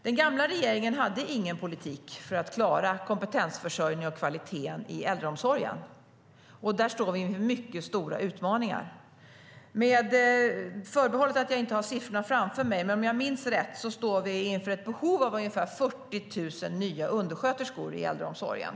Den tidigare regeringen hade ingen politik för att klara kompetensförsörjningen och kvaliteten i äldreomsorgen. Där står vi inför mycket stora utmaningar. Med förbehållet att jag inte har siffrorna framför mig, men om jag minns rätt, står vi under de närmaste åren inför ett behov av ungefär 40 000 nya undersköterskor i äldreomsorgen.